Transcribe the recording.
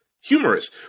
humorous